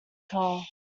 car